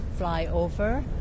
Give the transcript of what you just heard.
flyover